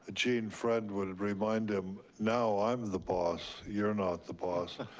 ah gene friend would remind him, now i'm the boss. you're not the boss.